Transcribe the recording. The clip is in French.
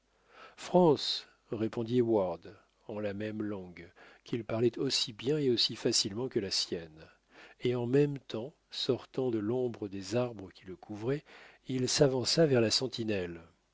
répondit heyward en la même langue qu'il parlait aussi bien et aussi facilement que la sienne et en même temps sortant de l'ombre des arbres qui le couvraient il s'avança vers la sentinelle